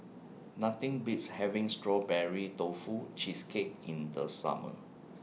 Nothing Beats having Strawberry Tofu Cheesecake in The Summer